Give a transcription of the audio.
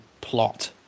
plot